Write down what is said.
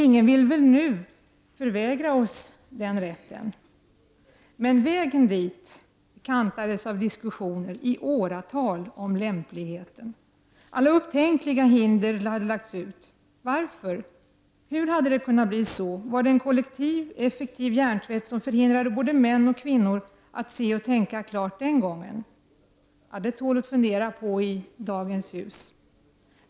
Ingen vill väl nu förvägra oss den rätten. Men vägen dit kantades av diskussioner i åratal om lämpligheten. Alla upptänkliga hinder hade lagts ut. Varför? Hur hade det kunnat bli så? Var det en kollektiv effektiv hjärntvätt som förhindrade både män och kvinnor att se och tänka klart den gången? Det tål att fundera på i dagens ljus.